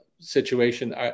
situation